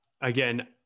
Again